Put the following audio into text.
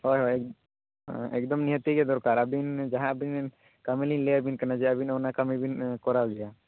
ᱦᱳᱭ ᱦᱳᱭ ᱮᱠᱫᱚᱢ ᱱᱤᱦᱟᱹᱛᱤ ᱜᱮ ᱫᱚᱨᱠᱟᱨ ᱟᱵᱤᱱ ᱡᱟᱦᱟᱸ ᱵᱤᱱ ᱠᱟᱹᱢᱤ ᱞᱤᱧ ᱞᱟᱹᱭᱟᱵᱤᱱ ᱠᱟᱱᱟ ᱡᱮ ᱟᱵᱤᱱ ᱚᱱᱟ ᱠᱟᱹᱢᱤ ᱵᱤᱱ ᱠᱚᱨᱟᱣ ᱜᱮᱭᱟ